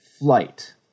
flight